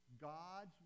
God's